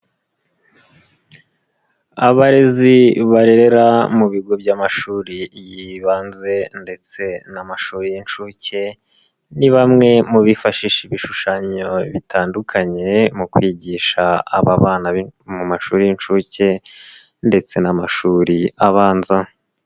Abarezi barerera mu bigo by'amashuri yibanze ndetse n'amashuri y'inshuke, ni bamwe mu bifashisha ibishushanyo bitandukanye mu kwigisha aba bana bo mu mashuri y'inshuke ndetse n'amashuri abanza.